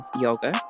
yoga